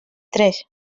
tres